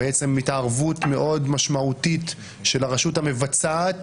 התערבות מאוד משמעותית של הרשות המבצעת